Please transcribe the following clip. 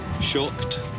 shocked